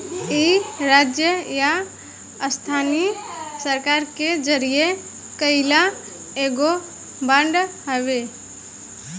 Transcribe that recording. इ राज्य या स्थानीय सरकार के जारी कईल एगो बांड हवे